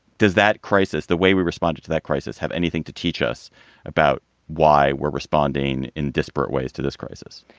does that crisis, the way we responded to that crisis, have anything to teach us about why we're responding in disparate ways to this crisis?